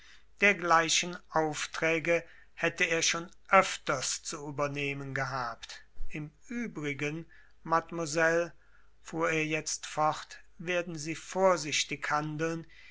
dergleichen aufträge hätte er schon öfters zu übernehmen gehabt im übrigen mademoiselle fuhr er jetzt fort werden sie vorsichtig handeln